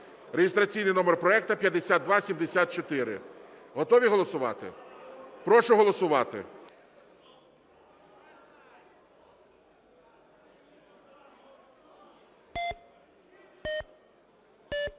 (реєстраційний номер проекту 5274). Готові голосувати? Прошу голосувати.